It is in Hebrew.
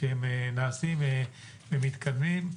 שהם נעשים ומתקדמים.